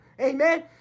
amen